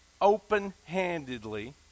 Open-handedly